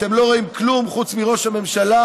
אתם לא רואים כלום חוץ מראש הממשלה,